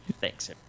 Thanks